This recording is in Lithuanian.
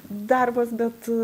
darbas bet